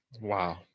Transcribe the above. Wow